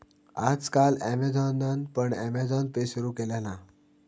आज काल ॲमेझॉनान पण अँमेझॉन पे सुरु केल्यान हा